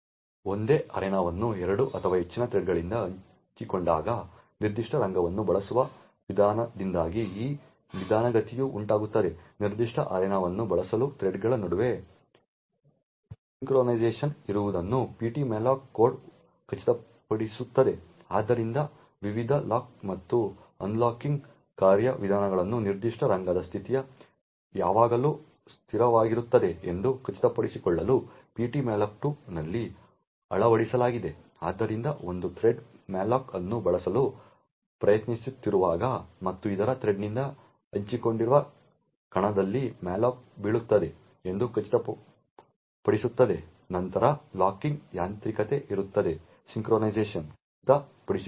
ಒಂದೇ ಅರೇನಾವನ್ನು 2 ಅಥವಾ ಹೆಚ್ಚಿನ ಥ್ರೆಡ್ಗಳಿಂದ ಹಂಚಿಕೊಂಡಾಗ ನಿರ್ದಿಷ್ಟ ರಂಗವನ್ನು ಬಳಸುವ ವಿವಾದದಿಂದಾಗಿ ಈ ನಿಧಾನಗತಿಯು ಉಂಟಾಗುತ್ತದೆ ನಿರ್ದಿಷ್ಟ ಅರೇನಾವನ್ನು ಬಳಸಲು ಥ್ರೆಡ್ಗಳ ನಡುವೆ ಸಿಂಕ್ರೊನೈಸೇಶನ್ ಇರುವುದನ್ನು ptmalloc ಕೋಡ್ ಖಚಿತಪಡಿಸುತ್ತದೆ ಆದ್ದರಿಂದ ವಿವಿಧ ಲಾಕ್ ಮತ್ತು ಅನ್ಲಾಕಿಂಗ್ ಕಾರ್ಯವಿಧಾನಗಳು ನಿರ್ದಿಷ್ಟ ರಂಗದ ಸ್ಥಿತಿಯು ಯಾವಾಗಲೂ ಸ್ಥಿರವಾಗಿರುತ್ತದೆ ಎಂದು ಖಚಿತಪಡಿಸಿಕೊಳ್ಳಲು ptmalloc2 ನಲ್ಲಿ ಅಳವಡಿಸಲಾಗಿದೆ ಆದ್ದರಿಂದ ಒಂದು ಥ್ರೆಡ್ ಮ್ಯಾಲೋಕ್ ಅನ್ನು ಬಳಸಲು ಪ್ರಯತ್ನಿಸುತ್ತಿರುವಾಗ ಮತ್ತು ಇತರ ಥ್ರೆಡ್ನಿಂದ ಹಂಚಿಕೊಂಡಿರುವ ಕಣದಲ್ಲಿ ಮ್ಯಾಲೋಕ್ ಬೀಳುತ್ತದೆ ಎಂದು ಖಚಿತಪಡಿಸುತ್ತದೆ ನಂತರ ಲಾಕಿಂಗ್ ಯಾಂತ್ರಿಕತೆ ಇರುತ್ತದೆ ಸಿಂಕ್ರೊನೈಸೇಶನ್ ಖಚಿತಪಡಿಸಿಕೊಳ್ಳಲು